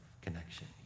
connection